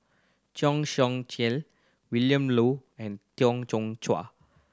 Cheng Xinru Colin Willin Low and Tau Cheng Chuan